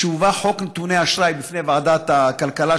כשהובא חוק נתוני אשראי לפני ועדת הכלכלה